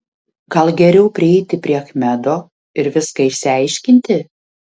gal geriau prieiti prie achmedo ir viską išsiaiškinti